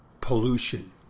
pollution